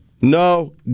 No